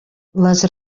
les